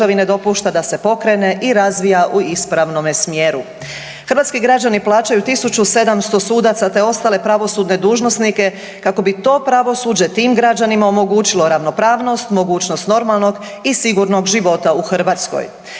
Hrvatski građani plaćaju 1700 sudaca te ostale pravosudne dužnosnike kako bi to pravosuđe tim građanima omogućilo ravnopravnost, mogućnost normalnog i sigurnog života u Hrvatskoj.